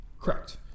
Correct